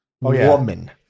Woman